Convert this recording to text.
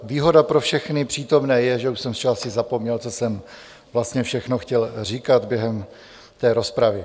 Výhoda pro všechny přítomné je, že už jsem zčásti zapomněl, co jsem vlastně všechno chtěl říkat během té rozpravy.